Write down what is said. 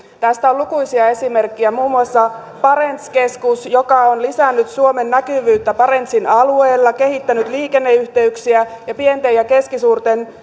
tästä on lukuisia esimerkkejä muun muassa barents keskus joka on lisännyt suomen näkyvyyttä barentsin alueella kehittänyt liikenneyhteyksiä ja pienten ja keskisuurten